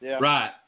Right